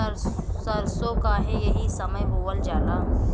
सरसो काहे एही समय बोवल जाला?